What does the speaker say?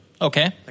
Okay